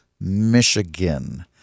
Michigan